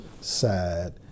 side